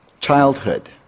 childhood